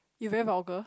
you very vulgar